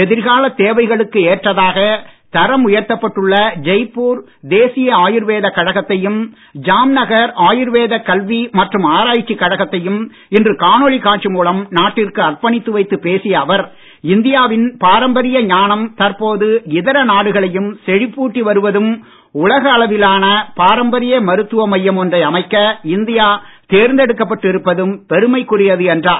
எதிர்காலத் தேவைகளுக்கு ஏற்றதாகத் தரம் உயர்த்தப்பட்டுள்ள ஜெய்ப்பூர் தேசிய ஆயுர்வேதக் கழகத்தையும் ஜாம்நகர் ஆயுர்வேத கல்வி மற்றும் ஆராய்ச்சிக் கழகத்தையும் இன்று காணொளி காட்சி மூலம் நாட்டிற்கு அர்ப்பணித்து வைத்துப் பேசிய அவர் இந்தியாவின் பாரம்பரிய ஞானம் தற்போது இதர நாடுகளையும் செழிப்பூட்டி வருவதும் உலக அளவிலான பாரம்பரிய மருத்துவ மையம் ஒன்றை அமைக்க இந்தியா தேர்ந்தெடுப்பட்டு இருப்பதும் பெருமைக்குரியது என்றார்